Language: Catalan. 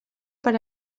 per